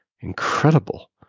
Incredible